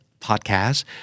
Podcast